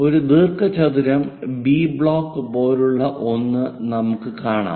ഒരു ദീർഘചതുരം B block പോലുള്ള ഒന്ന് നമുക്ക് കാണാം